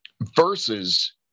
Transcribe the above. versus